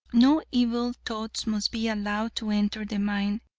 no evil thoughts must be allowed to enter the mind.